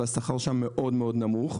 והשכר שם מאוד-מאוד נמוך.